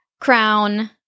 Crown